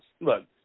look